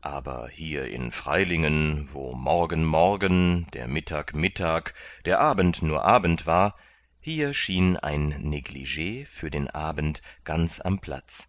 aber hier in freilingen wo morgen morgen der mittag mittag der abend nur abend war hier schien ein neglig für den abend ganz am platz